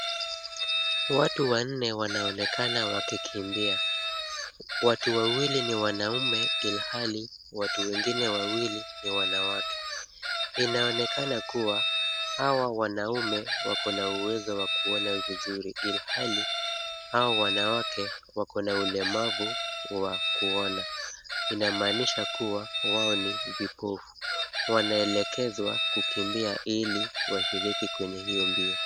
Watu wanne wanaonekana wakikimbia. Watu wawili ni wanaume ilhali watu wengine wawili ni wanawake. Inaonekana kuwa hawa wanaume wako na uwezo wa kuona vizuri ilhali hao wanawake wako na ulemavu wa kuona .Inamaanisha kuwa hao ni vipofu. Wanaelekezwa kukimbia ili washiriki kwenye hiyo mbio.